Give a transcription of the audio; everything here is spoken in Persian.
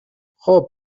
خوب